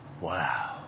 Wow